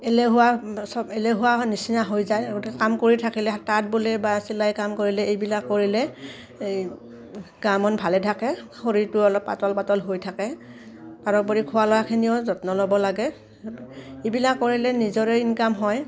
এলেহুৱা চব এলেহুৱা নিচিনা হৈ যায় গতিকে কাম কৰি থাকিলে তাঁত বোলে বা চিলাই কাম কৰিলে এইবিলাক কৰিলে এই গা মন ভালে থাকে শৰীৰটো অলপ পাতল পাতল হৈ থাকে তাৰোপৰি খোৱা লোৱাখিনিও যত্ন ল'ব লাগে এইবিলাক কৰিলে নিজৰে ইনকাম হয়